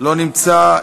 לא נמצא,